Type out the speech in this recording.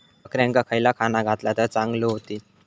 बकऱ्यांका खयला खाणा घातला तर चांगल्यो व्हतील?